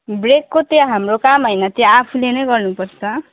ब्रेकको त्यो हाम्रो काम होइन त्यो आफूले नै गर्नुपर्छ